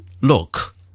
look